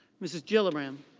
mrs. jill a brand.